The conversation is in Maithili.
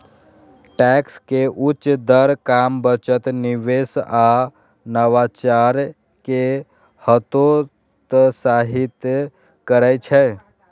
टैक्स के उच्च दर काम, बचत, निवेश आ नवाचार कें हतोत्साहित करै छै